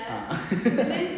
ah